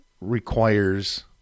requires